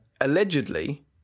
Allegedly